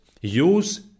Use